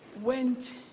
went